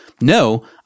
no